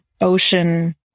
ocean